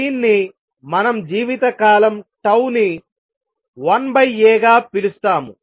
దీన్ని మనం జీవితకాలం ని 1A గా పిలుస్తాము